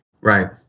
Right